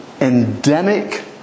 endemic